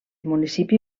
municipi